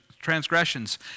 transgressions